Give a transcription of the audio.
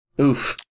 oof